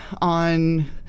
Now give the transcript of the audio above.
on